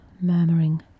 murmuring